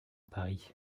paris